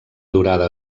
durada